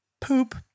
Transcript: poop